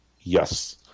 Yes